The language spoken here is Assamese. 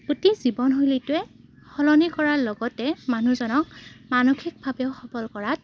অতি জীৱনশৈলীটোৱে সলনি কৰাৰ লগতে মানুহজনক মানসিকভাৱেও সবল কৰাত